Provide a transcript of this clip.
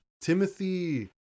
Timothy